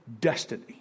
destiny